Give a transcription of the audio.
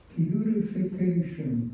purification